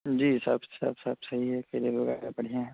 جی سب سب سب صحیح ہے خیریت وغیرہ بڑھیا ہے